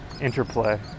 interplay